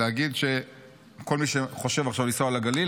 להגיד לכל מי שחושב לנסוע עכשיו לגליל,